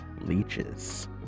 leeches